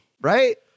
Right